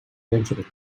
eventually